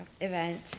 event